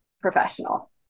professional